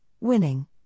winning